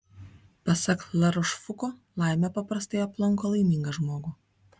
pasak larošfuko laimė paprastai aplanko laimingą žmogų